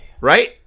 Right